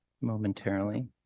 momentarily